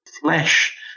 flesh